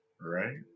Right